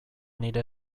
nire